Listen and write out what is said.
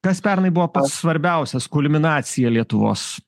kas pernai buvo pats svarbiausias kulminacija lietuvos